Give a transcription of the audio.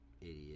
idiot